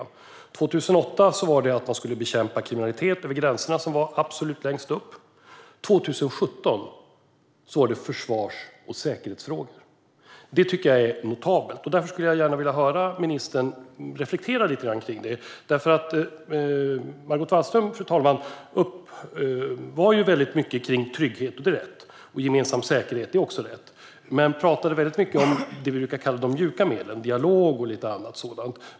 År 2008 var bekämpandet av kriminalitet över gränserna den fråga som var absolut högst upp. År 2017 var det försvars och säkerhetsfrågor. Detta tycker jag är notabelt. Därför skulle jag gärna vilja höra ministern reflektera lite kring detta. Margot Wallström uppehöll sig mycket vid trygghet och gemensam säkerhet, som ju är viktiga frågor, men hon talade mycket om det som vi brukar kalla för de mjuka medlen, alltså dialog och sådant.